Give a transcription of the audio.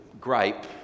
gripe